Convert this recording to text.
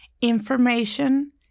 information